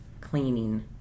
cleaning